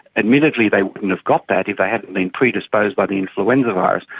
admittedly they wouldn't have got that if they hadn't been predisposed by the influenza virus,